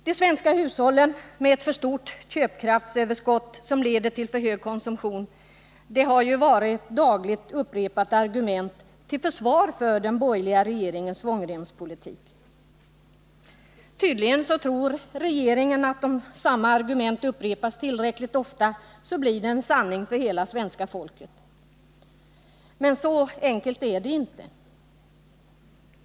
De svenska hushållen har ett stort köpkraftsöverskott som leder till en för hög konsumtion — det är ett dagligen upprepat argument till försvar för den borgerliga regeringens svångremspolitik. Tydligen tror regeringen att samma argument upprepat tillräckligt ofta blir en sanning för hela svenska folket. Men så enkelt är det inte.